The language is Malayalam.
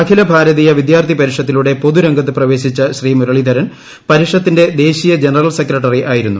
അഖില ഭാരതീയ വിദ്യാർത്ഥി പരിഷത്തിലൂടെ പൊതുരംഗത്ത് പ്രവേശിച്ച ശ്രീ മുരളീധരൻ പരിഷത്തിന്റെ ദേശീയ ജനറൽ സെക്രട്ടറി ആയിരുന്നു